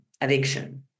addiction